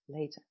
later